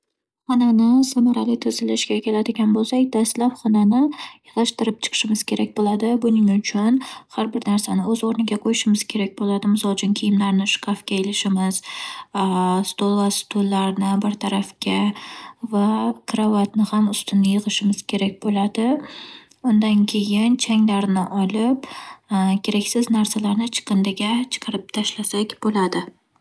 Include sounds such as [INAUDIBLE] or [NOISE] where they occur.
Xonani samarali tozalashga keladigan bo'lsak, dastlab xonani yig'ishtirib chiqishimiz kerak bo'ladi. Buning uchun, har bir narsani o'z o'rniga qo'yishimiz kerak bo'ladi. Misol uchun, kiyimlarni shkafga ilishimiz, [HESITATION] stol va stullarni bir tarafga va kravatni ham ustini yig'ishimiz kerak bo'ladi. Undan keyin changlarni olib, [HESITATION] keraksiz narsalarni chiqindiga chiqarib tashlasak bo'ladi.